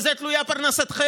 בזה תלויה פרנסתכם,